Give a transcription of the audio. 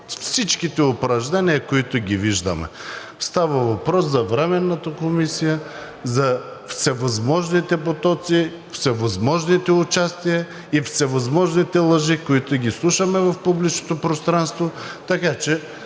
всичките упражнения, които ги виждаме. Става въпрос за Временната комисия за всевъзможните потоци, всевъзможните участия и всевъзможните лъжи, които ги слушаме в публичното пространство, така че